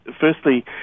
firstly